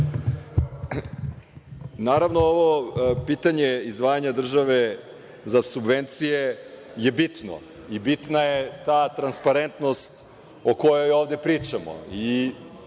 Naravno, ovo pitanje izdvajanja države za subvencije je bitno i bitna je ta transparentnost o kojoj ovde pričamo.